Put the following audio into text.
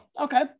Okay